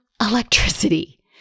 electricity